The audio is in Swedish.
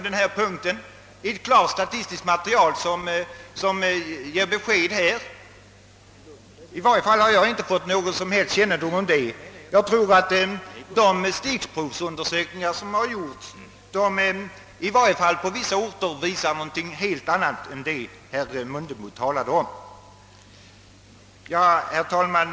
Jag har inte fått någon som helst kännedom om ett statistiskt material som ger besked på den punkten. De stickprovsundersökningar som gjorts visar nog — åtminstone på vissa orter — något helt annat än det herr Mundebo talade om. Herr talman!